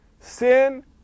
sin